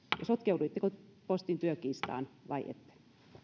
sotkeuduitteko postin työkiistaan vai ette